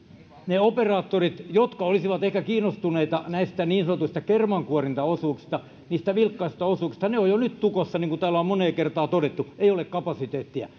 jotkut operaattorit olisivat ehkä kiinnostuneita näistä niin sanotuista kermankuorintaosuuksista niistä vilkkaista osuuksista mutta ne ovat jo nyt tukossa niin kuin täällä on moneen kertaa todettu ei ole kapasiteettia